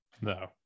No